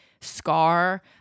Scar